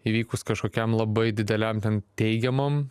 įvykus kažkokiam labai dideliam ten teigiamam